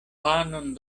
panon